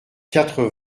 quatre